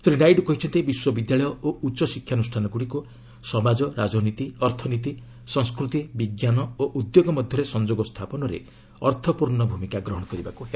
ଶ୍ରୀ ନାଇଡୁ କହିଛନ୍ତି ବିଶ୍ୱ ବିଦ୍ୟାଳୟ ଓ ଉଚ୍ଚ ଶିକ୍ଷାନୁଷ୍ଠାନଗୁଡ଼ିକୁ ସମାଜ ରାଜନୀତି ଅର୍ଥନୀତି ସଂସ୍କୃତି ବିଜ୍ଞାନ ଓ ଉଦ୍ୟୋଗ ମଧ୍ୟରେ ସଂଯୋଗ ସ୍ଥାପନରେ ଅର୍ଥପୂର୍ଣ୍ଣ ଭୂମିକା ଗ୍ରହଣ କରିବାକୁ ହେବ